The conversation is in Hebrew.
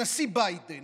הנשיא ביידן